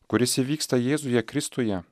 kuris įvyksta jėzuje kristuje